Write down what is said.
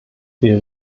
wir